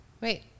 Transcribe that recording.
Wait